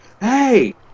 hey